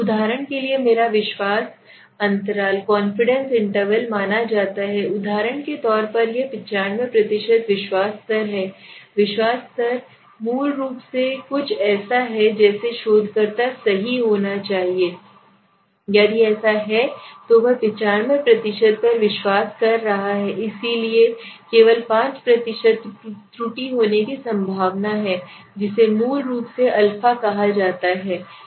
उदाहरण के लिए मेरा विश्वास अंतराल माना जाता है उदाहरण के तौर पर यह 95 प्रतिशत विश्वास स्तर है विश्वास स्तर मूल रूप से कुछ ऐसा है जैसे शोधकर्ता सही होना चाहता है यदि ऐसा है तो वह 95 प्रतिशत पर विश्वास कर रहा है इसलिए केवल 5 प्रतिशत त्रुटि होने की संभावना है जिसे मूल रूप से अल्फ़ा कहा जाता है